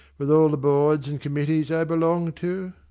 with all the boards and committees i belong to